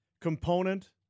component